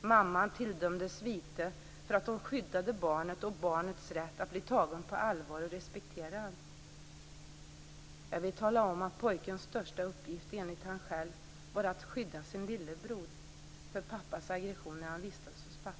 Mamman tilldömdes vite för att hon skyddade barnet och barnets rätt att bli tagen på allvar och att bli respekterad. Jag vill tala om att pojkens största uppgift enligt honom själv var att skydda sin lillebror för pappas aggression när han vistades hos pappa.